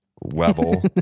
level